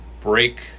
break